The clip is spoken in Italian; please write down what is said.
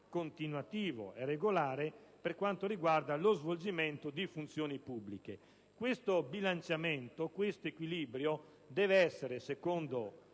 continuativo e regolare per quanto riguarda lo svolgimento di funzioni pubbliche. Questo bilanciamento, questo equilibrio deve essere ‑ secondo